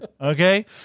Okay